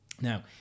Now